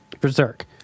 berserk